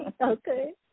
Okay